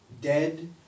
Dead